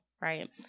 Right